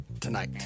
tonight